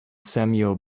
samuel